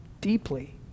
deeply